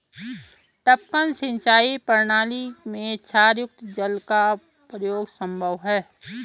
टपकन सिंचाई प्रणाली में क्षारयुक्त जल का प्रयोग संभव है